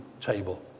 table